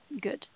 Good